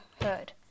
Heard